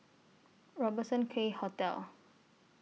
Robertson Quay Hotel